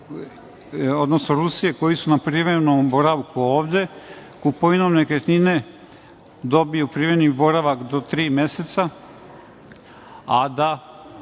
građani Rusije koji su na privremenom boravku ovde kupovinom nekretnine dobiju privremeni boravak do tri meseca, a da